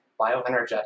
bioenergetics